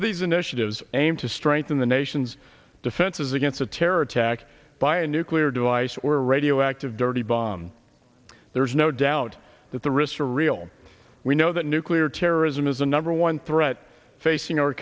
of these initiatives aimed to strengthen the nation's defenses against a terror attack by a nuclear device or a radioactive dirty bomb there's no doubt that the risks are real we know that nuclear terrorism is the number one threat facing our